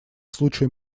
случаю